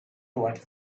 toward